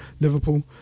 Liverpool